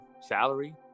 salary